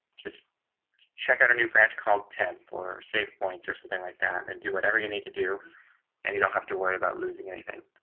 just check out a new branch called ten or safe point or something like that and do whatever you need to do and you don't have to worry about losing anything.